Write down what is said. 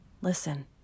Listen